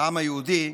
העם היהודי.